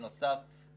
כמו שהערנו בדוח,